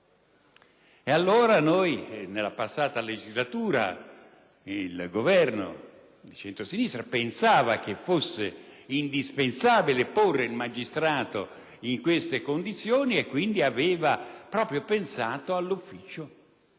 dello stesso. Nella passata legislatura, il Governo di centrosinistra pensava che fosse indispensabile porre il magistrato in queste condizioni e quindi aveva pensato all'ufficio